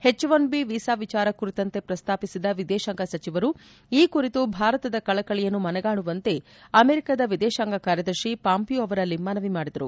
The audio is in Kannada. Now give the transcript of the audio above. ಎಚ್ಒನ್ಬಿ ವೀಸಾ ವಿಚಾರ ಕುರಿತಂತೆ ಪ್ರಸ್ತಾಪಿಸಿದ ವಿದೇಶಾಂಗ ಸಚಿವರು ಈ ಕುರಿತು ಭಾರತದ ಕಳಕಳಿಯನ್ನು ಮನಗಾಣುವಂತೆ ಅಮೆರಿಕದ ವಿದೇಶಾಂಗ ಕಾರ್ಯದರ್ಶಿ ಪಾಂಪಿಯೋ ಅವರಲ್ಲಿ ಮನವಿ ಮಾಡಿದರು